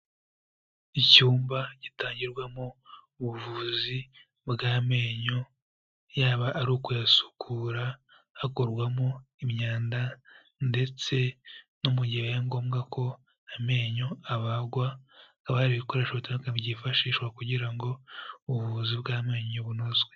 Icyumba gitangirwamo ubuvuzi bw'amenyo, yaba ari ukuyasukura hakurwamo imyanda, ndetse no mu gihe bibaye ngombwa ko amenyo abagwa, haba hari ibikoresho bitandukanye byifashishwa kugira ngo ubuvuzi bw'amenyo bunozwe.